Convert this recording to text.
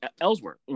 Ellsworth